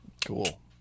Cool